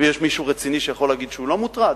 ויש מישהו רציני שיכול להגיד שהוא לא מוטרד?